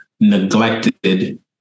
neglected